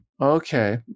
Okay